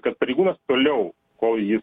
kad pareigūnas toliau kol jis